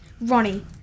Ronnie